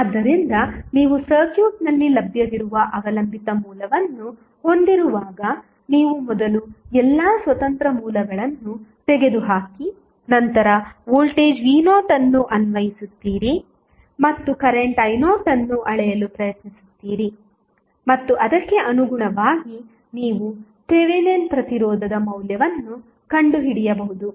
ಆದ್ದರಿಂದ ನೀವು ಸರ್ಕ್ಯೂಟ್ನಲ್ಲಿ ಲಭ್ಯವಿರುವ ಅವಲಂಬಿತ ಮೂಲವನ್ನು ಹೊಂದಿರುವಾಗ ನೀವು ಮೊದಲು ಎಲ್ಲಾ ಸ್ವತಂತ್ರ ಮೂಲಗಳನ್ನು ತೆಗೆದುಹಾಕಿ ನಂತರ ವೋಲ್ಟೇಜ್ v0 ಅನ್ನು ಅನ್ವಯಿಸುತ್ತೀರಿ ಮತ್ತು ಕರೆಂಟ್ i0 ಅನ್ನು ಅಳೆಯಲು ಪ್ರಯತ್ನಿಸುತ್ತೀರಿ ಮತ್ತು ಅದಕ್ಕೆ ಅನುಗುಣವಾಗಿ ನೀವು ಥೆವೆನಿನ್ ಪ್ರತಿರೋಧದ ಮೌಲ್ಯವನ್ನು ಕಂಡುಹಿಡಿಯಬಹುದು